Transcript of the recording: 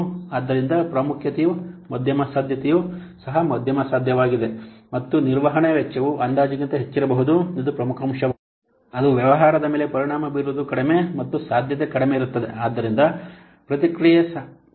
ಆದ್ದರಿಂದ ಪ್ರಾಮುಖ್ಯತೆಯು ಮಧ್ಯಮ ಸಾಧ್ಯತೆಯೂ ಸಹ ಮಧ್ಯಮವಾಗಿದೆ ಮತ್ತು ನಿರ್ವಹಣಾ ವೆಚ್ಚವು ಅಂದಾಜುಗಿಂತ ಹೆಚ್ಚಿರಬಹುದು ಇದು ಪ್ರಮುಖ ಅಂಶವಾಗಿದೆ ಅದು ವ್ಯವಹಾರದ ಮೇಲೆ ಪರಿಣಾಮ ಬೀರುವುದು ಕಡಿಮೆ ಮತ್ತು ಸಾಧ್ಯತೆ ಕಡಿಮೆ ಇರುತ್ತದೆ ಆದ್ದರಿಂದ ಪ್ರತಿಕ್ರಿಯೆ ಸಮಯವು ಖರೀದಿದಾರರನ್ನು ಹದಗೆಡಿಸುತ್ತದೆ